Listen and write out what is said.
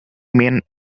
men